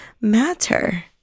matter